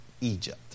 Egypt